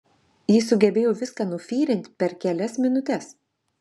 jis sugebėjo viską nufyrint per kelias minutes